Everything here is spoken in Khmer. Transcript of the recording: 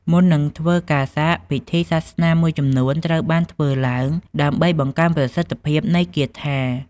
មុននឹងធ្វើការសាក់ ពិធីសាសនាមួយចំនួនត្រូវបានធ្វើឡើងដើម្បីបង្កើនប្រសិទ្ធភាពនៃគាថា។